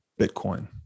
Bitcoin